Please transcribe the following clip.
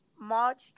March